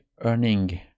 earning